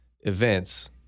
events